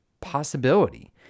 possibility